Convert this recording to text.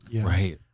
Right